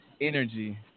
energy